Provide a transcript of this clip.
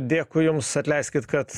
dėkui jums atleiskit kad